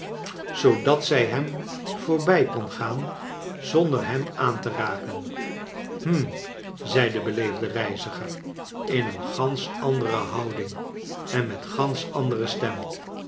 odat zij hem vo or bij kon gaan zonder hem aan te raken hm zei de beleefde reiziger in een gansch andere houding en met gansch andere stem